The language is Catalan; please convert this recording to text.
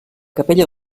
capella